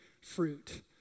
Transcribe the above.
fruit